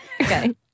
okay